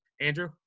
Andrew